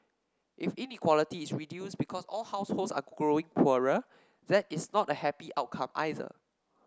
if inequality is reduced because all households are growing poorer that is not a happy outcome either